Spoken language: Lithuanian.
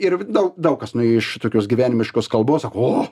ir daug daug kas nu iš tokios gyvenimiškos kalbos sako o